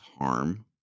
harm